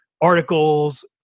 articles